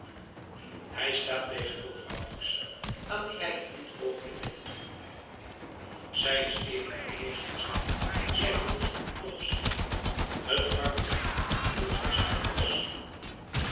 hij staat tegenover augusta aan wie hij in dit oogenblik denkt zij is even verlegen als hij zij bloost nog sterker t karmozijn kleurt zelfs haar hals